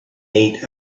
heat